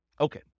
Okay